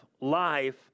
life